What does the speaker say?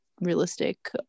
realistic